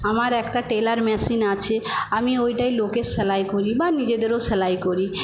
আমার একটা tailor machine আছে আমি ওইটায় লোকের সেলাই করি বা নিজেদেরও সেলাই করি